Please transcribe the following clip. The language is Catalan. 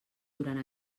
durant